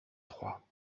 trois